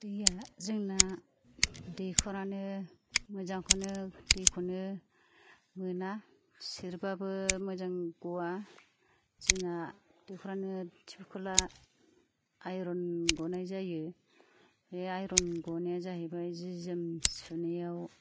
दैया जोंना दैखरानो मोजांखौनो दैखौनो मोना सेरबाबो मोजां गआ जोंना दैखरानो दमखला आइरन गनाय जायो बे आइरन गनाया जाहैबाय जि जोम सुनायाव